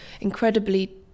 incredibly